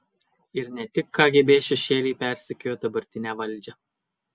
ir ne tik kgb šešėliai persekiojo dabartinę valdžią